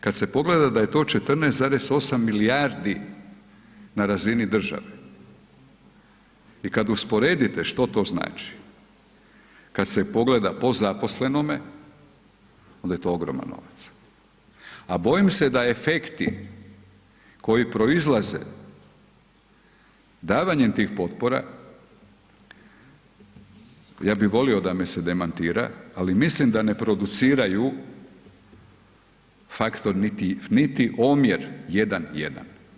Kad se pogleda da je to 14,8 milijardi na razini države i kad usporedite što to znači, kad se pogleda po zaposlenome, onda je to ogroman novac a bojim se da efekti koji proizlaze davanjem tih potpora, ja bi volio da me se demantira ali mislim da ne produciraju faktor niti omjer 1:1.